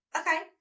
okay